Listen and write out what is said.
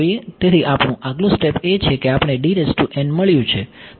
તેથી આપણું આગલું સ્ટેપ એ છે કે આપણને મળ્યું છે